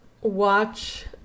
watch